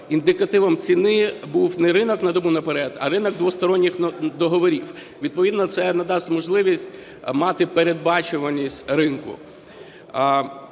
індикативом ціни був не ринок "на добу наперед", а ринок двосторонніх договорів. Відповідно це надасть можливість мати передбачуваність ринку.